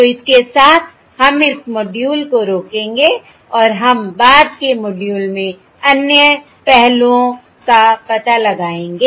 तो इसके साथ हम इस मॉड्यूल को रोकेंगे और हम बाद के मॉड्यूल में अन्य पहलुओं का पता लगाएंगे